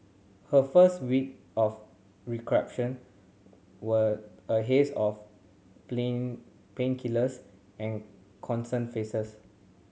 her first week of recuperation were a haze of plain painkillers and concerned faces